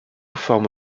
forme